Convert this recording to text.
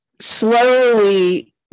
slowly